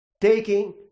taking